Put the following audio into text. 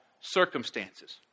circumstances